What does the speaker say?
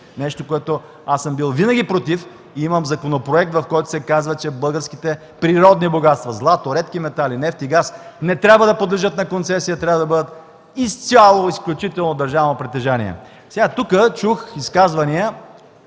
срещу което аз съм бил винаги против. Има законопроект, в който се казва, че българските природни богатства – злато, редки метали, нефт и газ не трябва да подлежат на концесия, а трябва да бъдат изцяло и изключително държавно притежание! Тук чух изказвания